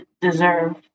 deserve